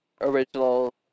original